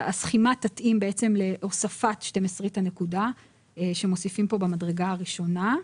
שהסכימה תתאים להוספת שתים-עשרית הנקודה שמוסיפים כאן במדרגה הראשונה.